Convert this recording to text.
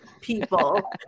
people